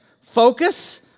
focus